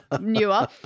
newer